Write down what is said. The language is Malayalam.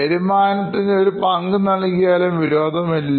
വരുമാനത്തിന് ഒരു പങ്ക്നൽകിയാലും വിരോധമില്ല